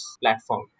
platform